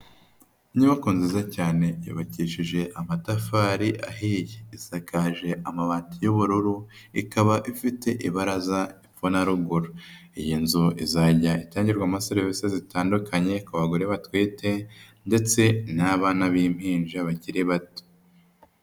Inyubako nziza cyane yubakishije amatafari ahiye, isakaje amabati y'ubururu ikaba ifite ibaraza hepfo na ruguru, iyi nzu izajya itangirwamo sevisi zitandukanye ku bagore batwite ndetse n'abana b'impinja bakiri bato.